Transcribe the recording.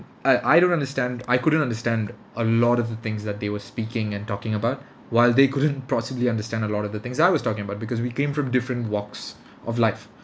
I I don't understand I couldn't understand a lot of the things that they were speaking and talking about while they couldn't possibly understand a lot of the things I was talking about because we came from different walks of life